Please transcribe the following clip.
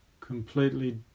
completely